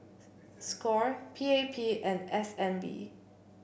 Score P A P and S N B